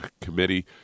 committee